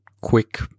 quick